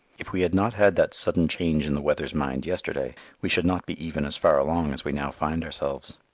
if we had not had that sudden change in the weather's mind yesterday, we should not be even as far along as we now find ourselves.